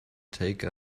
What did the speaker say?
take